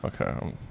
Okay